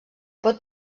pot